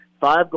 five